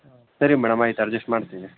ಹಾಂ ಸರಿ ಮೇಡಮ್ ಆಯಿತು ಅಡ್ಜೆಸ್ಟ್ ಮಾಡ್ತೀನಿ